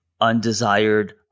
undesired